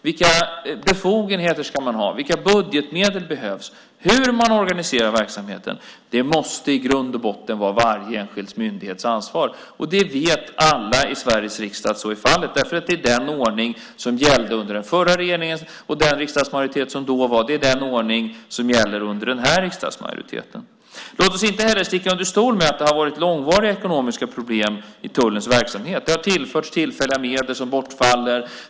Vilka befogenheter ska man ha? Vilka budgetmedel behövs? Hur man organiserar verksamheten måste däremot i grund och botten vara varje enskild myndighets ansvar, och alla i Sveriges riksdag vet att så är fallet. Det är den ordning som gällde under den förra regeringen och den riksdagsmajoritet som var då, och det är den ordning som gäller under den här riksdagsmajoriteten. Låt oss inte heller sticka under stol med att tullens verksamhet har haft långvariga ekonomiska problem. Det har tillförts tillfälliga medel som bortfaller.